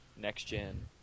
next-gen